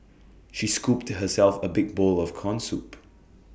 she scooped herself A big bowl of Corn Soup